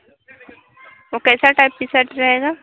वह कैसा type T shirt रहेगा